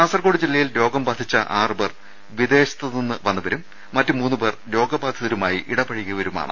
കാസർകോട് ജില്ലയിൽ രോഗം ബാധിച്ച ആറു പേർ വിദേശത്ത് നിന്ന് വന്നവരും മറ്റു മൂന്ന് പേർ രോഗബാധിതരുമായി ഇടപഴകിയവരുമാണ്